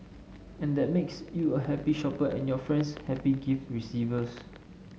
and that makes you a happy shopper and your friends happy gift receivers